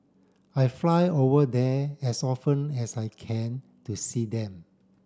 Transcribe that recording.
I fly over there as often as I can to see them